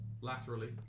laterally